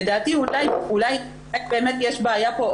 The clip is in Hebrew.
לדעתי אולי באמת יש בעיה פה,